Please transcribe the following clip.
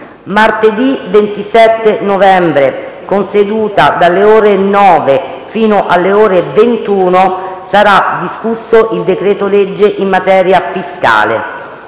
Martedì 27 novembre, con seduta dalle ore 9 fino alle ore 21, sarà discusso il decreto-legge in materia fiscale.